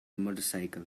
motorcycle